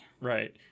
Right